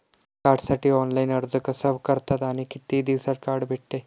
कार्डसाठी ऑनलाइन अर्ज कसा करतात आणि किती दिवसांत कार्ड भेटते?